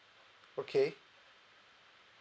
okay